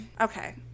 okay